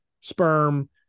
sperm